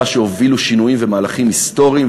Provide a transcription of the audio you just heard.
שהובילו שינויים ומהלכים היסטוריים,